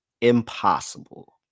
impossible